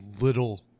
little